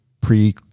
pre